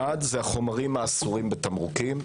אחד, החומרים האסורים בתמרוקים.